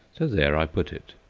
so there i put it,